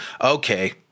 okay